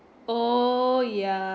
oh yeah